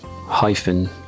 hyphen